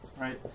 right